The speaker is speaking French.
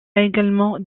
également